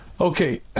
Okay